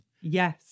Yes